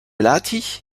lahti